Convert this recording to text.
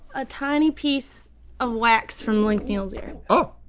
a tiny piece of wax from link neal's ear. oh.